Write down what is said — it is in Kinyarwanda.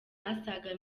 asaga